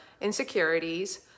insecurities